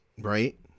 Right